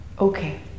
Okay